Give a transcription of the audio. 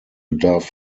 bedarf